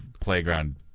playground